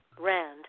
Rand